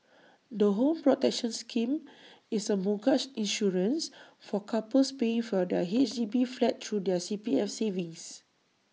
the home protection scheme is A mortgage insurance for couples paying for their H D B flat through their C P F savings